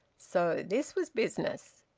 so this was business!